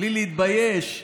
בלי להתבייש,